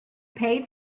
paid